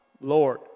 Lord